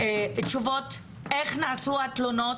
תשובות איך נעשו התלונות,